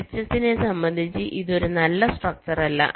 ഗ്ലിച്ചസിനെ സംബന്ധിച്ച് ഇത് ഒരു നല്ല സ്ട്രക്ചർ അല്ല